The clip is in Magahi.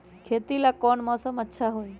खेती ला कौन मौसम अच्छा होई?